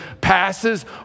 passes